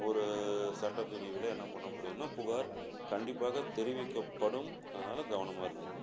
ஒரு சட்டப் பிரிவில் என்ன பண்ண முடியும்ன்னா புகார் கண்டிப்பாக தெரிவிக்கப்படும் அதனால் கவனமாக இருந்துக்கங்க